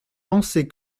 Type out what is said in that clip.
penser